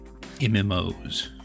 MMOs